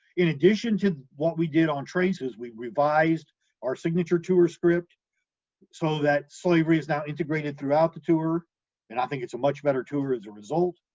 in addition to what we did on traces, we revised our signature tour script so that slavery is now integrated throughout the tour and i think it's a much better tour as a result.